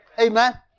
Amen